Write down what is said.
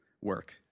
work